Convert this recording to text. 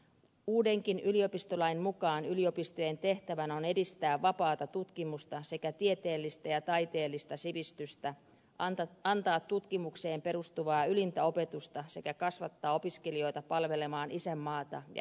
uudenkin yliopistolain mukaan yliopistojen tehtävänä on edistää vapaata tutkimusta sekä tieteellistä ja taiteellista sivistystä antaa tutkimukseen perustuvaa ylintä opetusta sekä kasvattaa opiskelijoita palvelemaan isänmaata ja ihmiskuntaa